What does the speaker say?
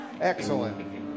Excellent